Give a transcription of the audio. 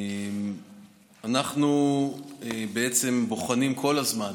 אנחנו בוחנים כל הזמן